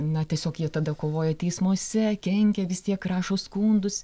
na tiesiog jie tada kovoja teismuose kenkia vis tiek rašo skundus